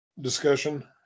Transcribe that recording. discussion